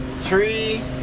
three